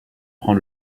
prend